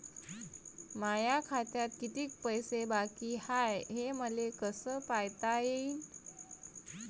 माया खात्यात कितीक पैसे बाकी हाय हे मले कस पायता येईन?